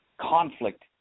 conflict